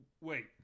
Wait